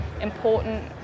important